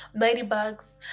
ladybugs